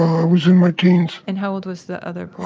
i was in my teens and how old was the other?